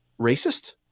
racist